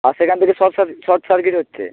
আর সেখান থেকে শর্ট সার্ শর্ট সার্কিট হচ্ছে